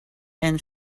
and